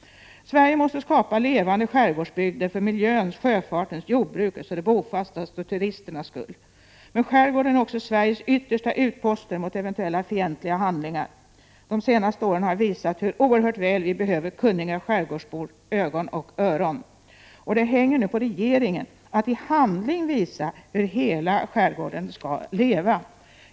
Sverige måste skapa levande skärgårdsbygder för miljöns, sjöfartens, jordbrukets och de bofastas och turisternas skull. Men skärgårdarna är också Sveriges yttersta utposter mot eventuella fientliga handlingar. De senaste åren har visat hur oerhört väl vi behöver kunniga skärgårdsbors ögon och öron. Det hänger nu på regeringen att i handling visa hur hela skärgården skall leva.